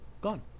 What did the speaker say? Gone